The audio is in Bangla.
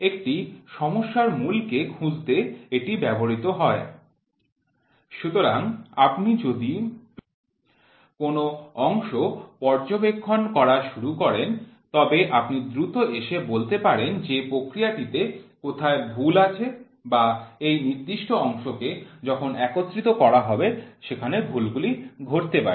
একটি সমস্যার মূলকে খুঁজতে এটি ব্যবহৃত হয় সুতরাং আপনি যদি কোনও অংশ পর্যবেক্ষণ করা শুরু করেন তবে আপনি দ্রুত এসে বলতে পারেন যে প্রক্রিয়াটিতে কোথায় ভুল আছে বা এই নির্দিষ্ট অংশকে যখন একত্রিত করা হবে সেখানে ভুলগুলি ঘটতে পারে